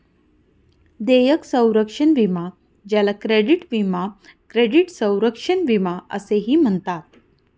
देयक संरक्षण विमा ज्याला क्रेडिट विमा क्रेडिट संरक्षण विमा असेही म्हणतात